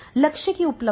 लक्ष्य की उपलब्धि